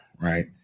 right